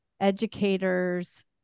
educators